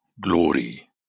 glory